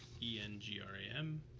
E-N-G-R-A-M